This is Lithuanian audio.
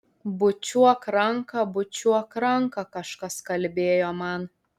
bučiuok ranką bučiuok ranką kažkas kalbėjo man